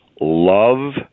love